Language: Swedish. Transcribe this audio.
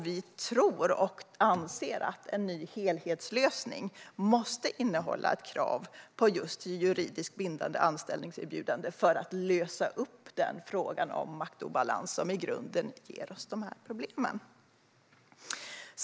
Vi tror och anser att en ny helhetslösning måste innehålla ett krav på juridiskt bindande anställningserbjudande för att lösa frågan om maktobalans som i grunden ger oss de här problemen.